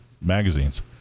magazines